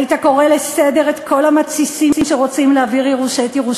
היית קורא לסדר את כל המתסיסים שרוצים להבעיר את ירושלים.